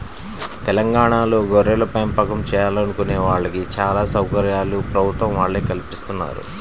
తెలంగాణాలో గొర్రెలపెంపకం చేయాలనుకునే వాళ్ళకి చానా సౌకర్యాలు ప్రభుత్వం వాళ్ళే కల్పిత్తన్నారు